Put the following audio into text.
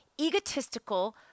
egotistical